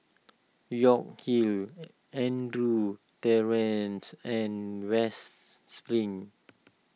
York Hill Andrews Terrace and West Spring